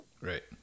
Right